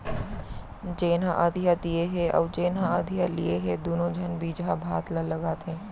जेन ह अधिया दिये हे अउ जेन ह अधिया लिये हे दुनों झन बिजहा भात ल लगाथें